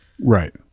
right